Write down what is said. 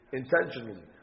intentionally